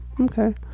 Okay